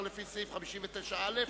על-פי סעיף 59א(א)